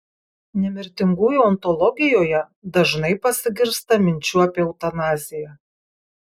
nemirtingųjų ontologijoje dažnai pasigirsta minčių apie eutanaziją